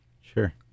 Sure